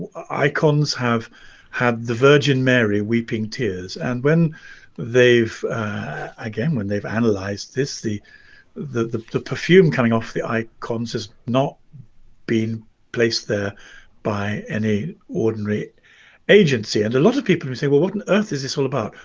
icons have had the virgin mary weeping tears and when they've again when they've analyzed this the the perfume coming off the icons has not been placed there by any ordinary agency and a lot of people who say well what and earth is this all about?